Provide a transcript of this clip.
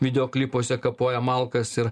videoklipuose kapoja malkas ir